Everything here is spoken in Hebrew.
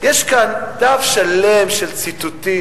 יש כאן דף שלם של ציטוטים,